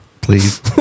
Please